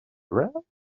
drowned